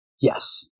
Yes